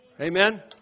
Amen